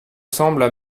semblent